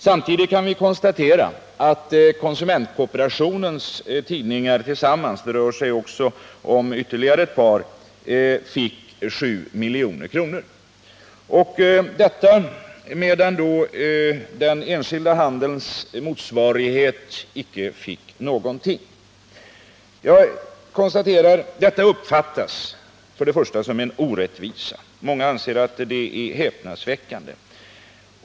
Samtidigt kan vi konstatera att konsumentkooperationens tidningar tillsammans — det rör sig om ytterligare ett par — fick sammanlagt 7 milj.kr. — detta medan den enskilda handelns motsvarighet inte fick någonting. Detta uppfattas som en orättvisa, och många anser att det är häpnadsväckande.